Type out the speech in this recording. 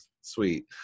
sweet